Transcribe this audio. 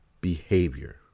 behavior